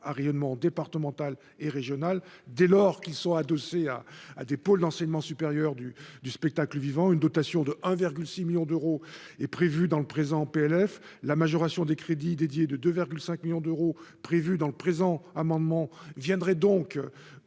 à rayonnement départemental et régional, dès lors qu'ils sont adossés à à des pôles d'enseignement supérieur du du spectacle vivant une dotation de 1 virgule 6 millions d'euros, est prévue dans le présent PLF la majoration des crédits dédiés de 2 5 millions d'euros prévus dans le présent amendement viendrait donc